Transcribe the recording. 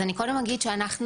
אז אני קודם כול אגיד שאנחנו,